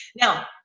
now